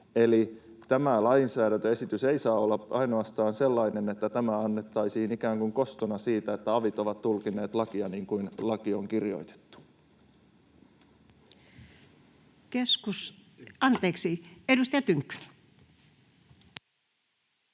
Eli tämä lainsäädäntöesitys ei saa olla sellainen, että tämä annettaisiin ainoastaan ikään kuin kostona siitä, että avit ovat tulkinneet lakia niin kuin laki on kirjoitettu. Edustaja Tynkkynen.